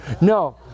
No